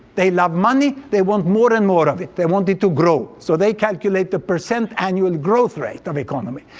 they love money, they want more and more of it, they want it to grow. so they calculate the percent annual growth rate of economy.